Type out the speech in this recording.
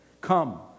Come